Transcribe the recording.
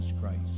Christ